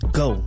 go